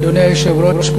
אדוני היושב-ראש,